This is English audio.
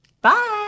Bye